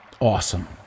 awesome